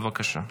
בבקשה.